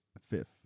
Fifth